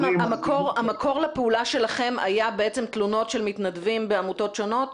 המקור לפעולה שלכם היה בעצם תלונות של מתנדבים בעמותות שונות,